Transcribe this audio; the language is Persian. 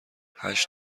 هشت